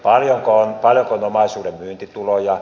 paljonko on omaisuuden myyntituloja